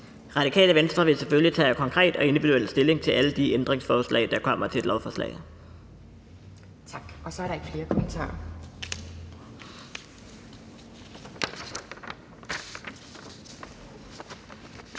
Radikale Venstre vil selvfølgelig tage konkret og indbyrdes stilling til alle de ændringsforslag, der kommer til et lovforslag.